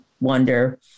wonder